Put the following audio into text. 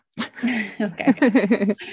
Okay